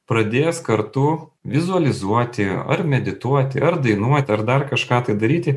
pradės kartu vizualizuoti ar medituoti ar dainuoti ar dar kažką tai daryti